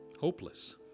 hopeless